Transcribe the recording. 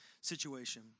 situation